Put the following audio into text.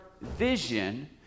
vision